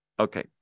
Okay